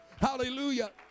Hallelujah